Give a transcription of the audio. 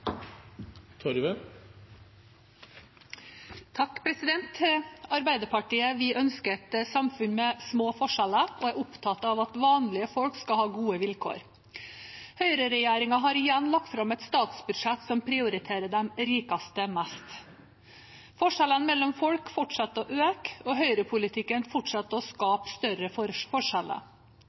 opptatt av at vanlige folk skal ha gode vilkår. Høyreregjeringen har igjen lagt fram et statsbudsjett som prioriterer de rikeste mest. Forskjellene mellom folk fortsetter å øke, og høyrepolitikken fortsetter å skape større forskjeller.